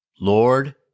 Lord